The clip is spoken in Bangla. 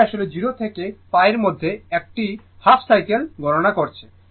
এটি আসলে 0 থেকে π মধ্যে একটি হাফ সাইকেল গণনা করছে